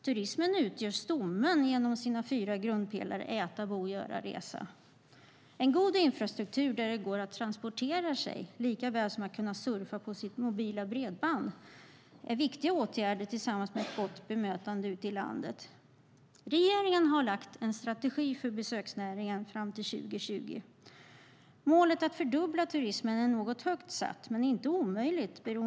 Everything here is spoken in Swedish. Turismen utgör stommen genom sina fyra grundpelare äta, bo, göra och resa. En god infrastruktur där det går att transportera sig samt surfa på sitt mobila bredband är viktig tillsammans med ett gott bemötande ute i landet. Regeringen har lagt fram en strategi för besöksnäringen fram till 2020. Målet att fördubbla turismen är något högt satt men inte omöjligt att nå.